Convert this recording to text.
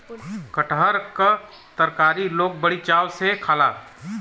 कटहर क तरकारी लोग बड़ी चाव से खाला